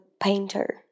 painter